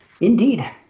indeed